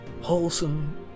wholesome